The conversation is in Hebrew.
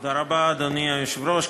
תודה רבה, אדוני היושב-ראש.